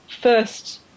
first